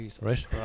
Right